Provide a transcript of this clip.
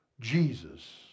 Jesus